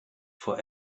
for